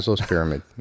Pyramid